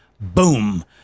Boom